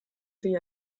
wie